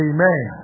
Amen